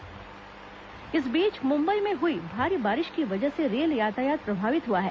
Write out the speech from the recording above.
train प्रभावित इस बीच मुंबई में हुई भारी बारिश की वजह से रेल यातायात प्रभावित हुआ है